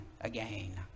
again